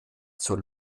zur